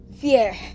fear